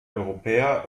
europäer